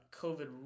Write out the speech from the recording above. COVID